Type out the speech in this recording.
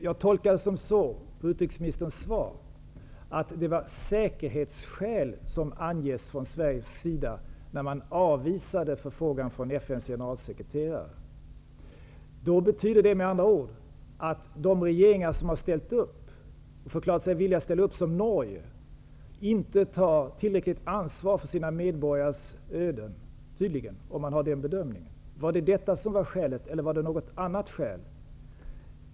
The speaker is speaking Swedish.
Jag tolkar utrikesministerns svar så, att det var säkerhetsskäl som angavs från Sveriges sida när man avvisade denna förfrågan från FN:s generalsekreterare. Det betyder med andra ord att de regeringar som förklarat sig villiga att ställa upp -- som den i Norge -- inte tar tillräckligt ansvar för sina medborgares öden. Det är slutsatsen av den bedömningen. Var det detta som var skälet eller var skälet något annat?